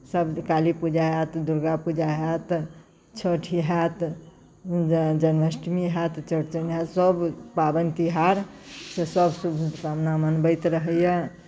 सभ काली पूजा अथि दुर्गा पूजा होयत छठि होयत जन्माष्टमी होयत चौड़चन होयत सभ पाबनि तिहार से सभ शुभकामना मनबैत रहैए